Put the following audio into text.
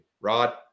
Rod